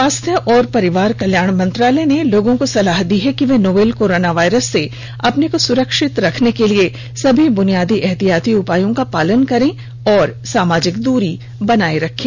स्वास्थ्य और परिवार कल्याण मंत्रालय ने लोगों को सलाह दी है कि वे नोवल कोरोना वायरस से अपने को सुरक्षित रखने के लिए सभी बुनियादी एहतियाती उपायों का पालन करें और सामाजिक दूरी बनाए रखें